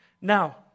Now